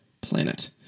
planet